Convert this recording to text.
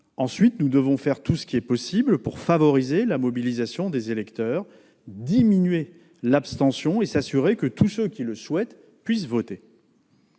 ensuite, nous devons faire tout notre possible pour favoriser la mobilisation des électeurs, diminuer l'abstention et nous assurer que tous ceux qui le souhaitent puissent voter.